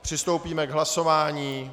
Přistoupíme k hlasování.